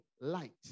light